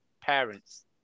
parents